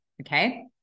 Okay